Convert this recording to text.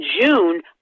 June